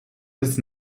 des